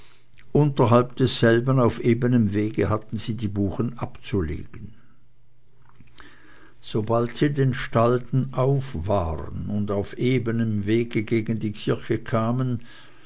unterhalb desselben auf ebenem wege hatten sie die buchen abzulegen sobald sie den stalden auf waren und auf ebenem wege gegen die kirche kamen